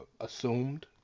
assumed